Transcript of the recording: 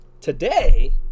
today